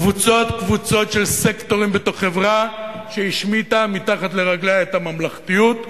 קבוצות-קבוצות של סקטורים בתוך חברה ששמטה מתחת לרגליה את הממלכתיות,